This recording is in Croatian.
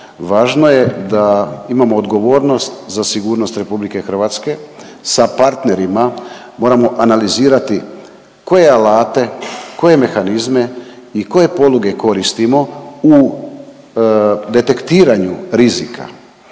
važno je da imamo odgovornost za sigurnost RH sa partnerima moramo analizirati koje alate, koje mehanizme i koje poluge koristimo u detektiran ju rizika.